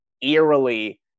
eerily